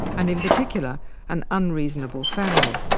and in particular an unreasonable family.